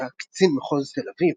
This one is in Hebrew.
שהיה קצין מחוז תל אביב,